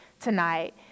tonight